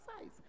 size